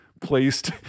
placed